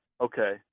okay